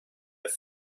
have